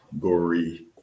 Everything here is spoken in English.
gory